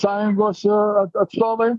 sąjungos at atstovai